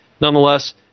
nonetheless